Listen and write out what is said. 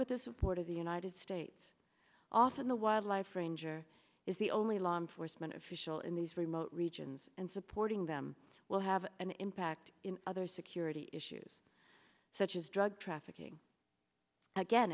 with the support of the united states often the wildlife ranger is the only law enforcement official in these remote regions and supporting them will have an impact in other security issues such as drug trafficking again